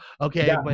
okay